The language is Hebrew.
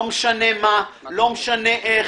לא משנה מה, לא משנה איך.